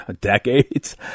decades